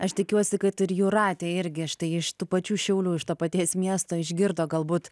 aš tikiuosi kad ir jūratė irgi štai iš tų pačių šiaulių iš to paties miesto išgirdo galbūt